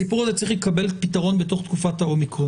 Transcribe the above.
הסיפור הזה צריך לקבל פתרון בתוך תקופת ה-אומיקרון.